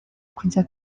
kujya